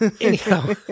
anyhow